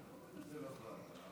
נעביר את זה לוועדה.